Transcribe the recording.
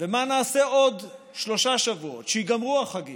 מה נעשה בעוד שלושה שבועות, כשייגמרו החגים?